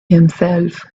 himself